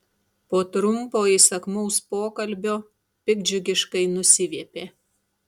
po trumpo įsakmaus pokalbio piktdžiugiškai nusiviepė